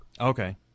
Okay